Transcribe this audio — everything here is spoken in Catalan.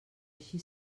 així